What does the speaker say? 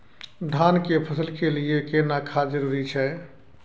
धान के फसल के लिये केना खाद जरूरी छै?